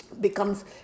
becomes